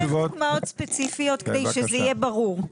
אני אתן דוגמאות ספציפיות כדי שזה יהיה ברור.